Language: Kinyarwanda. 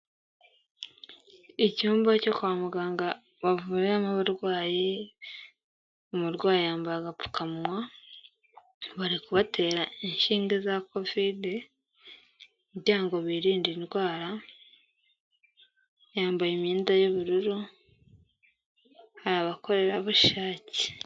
Icyumba cyo kwa muganga bavuriramo abarwayi, umurwayi yambaye agapfukamunwa, bari kubatera inshinge za Kovide kugira ngo birinde indwara, yambaye imyenda y'ubururu, hari abakorerabushake.